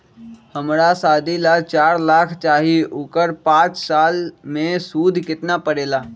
हमरा शादी ला चार लाख चाहि उकर पाँच साल मे सूद कितना परेला?